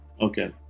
Okay